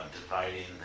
dividing